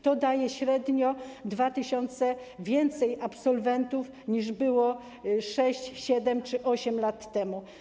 To daje średnio o 2 tys. więcej absolwentów niż było 6, 7 czy 8 lat temu.